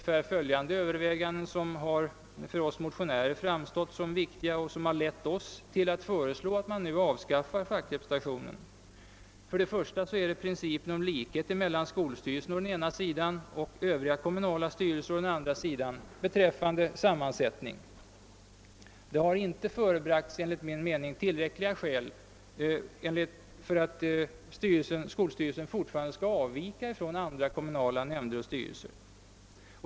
Följande överväganden har för oss motionärer framstått som viktiga och har lett oss till att föreslå att fackrepresentationen nu skall avskaffas. För det första är det principen om likhet mellan skolstyrelsen å ena sidan och övriga kommunala styrelser å den andra sidan beträffande sammansättning. Det har inte, enligt min mening, förebragts tillräckliga skäl för att skolstyrelsen fortfarande skall avvika från andra kommunala nämnder och styrelser.